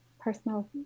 personal